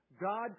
God